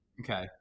Okay